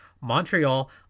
Montreal